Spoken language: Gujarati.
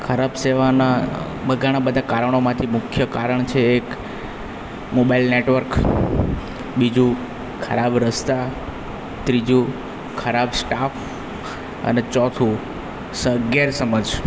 ખરાબ સેવાના ઘણાં બધા ખરાબ કારણોમાંથી મુખ્ય કારણ છે એક મોબાઈલ નેટવર્ક બીજું ખરાબ રસ્તા ત્રીજું ખરાબ સ્ટાફ અને ચોથું ગેરસમજ